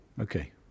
Okay